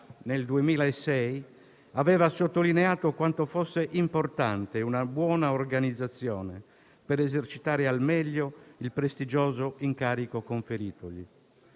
nel 2006, aveva sottolineato quanto fosse importante una buona organizzazione per esercitare al meglio il prestigioso incarico conferitogli.